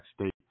state